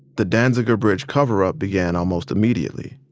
the danziger bridge cover-up began almost immediately.